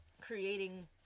Creating